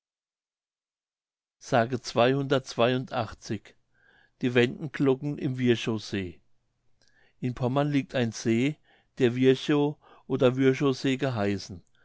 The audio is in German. die wenden glocken im wirchow see in pommern liegt ein see der wirchow oder würchow see geheißen